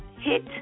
hit